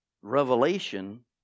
Revelation